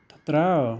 तत्र